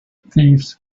thieves